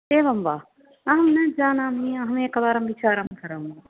एवं वा अहं न जानामि अहम् एकवारं विचारं करोमि